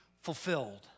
fulfilled